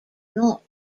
not